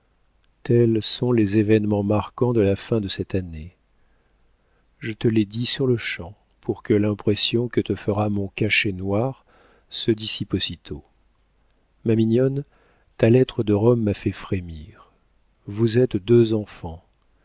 tels sont les événements marquants de la fin de cette année je te les dis sur-le-champ pour que l'impression que te fera mon cachet noir se dissipe aussitôt ma mignonne ta lettre de rome m'a fait frémir vous êtes deux enfants